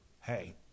Hey